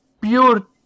pure